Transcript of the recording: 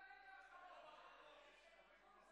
(תיקון